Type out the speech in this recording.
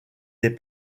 des